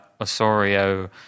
Osorio